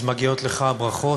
אז, מגיעות לך ברכות.